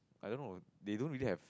I don't know they don't really have